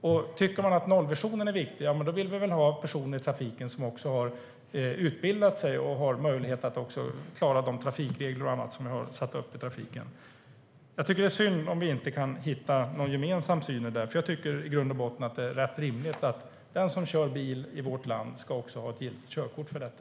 Om man tycker att nollvisionen är viktig vill man väl också ha personer i trafiken som har utbildat sig och har möjlighet att följa de trafikregler och annat som vi har satt upp i trafiken. Jag tycker att det är synd om vi inte kan hitta någon gemensam syn i det här, för jag tycker i grund och botten att det är rätt rimligt att den som kör bil i vårt land också ska ha ett giltigt körkort för detta.